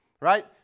right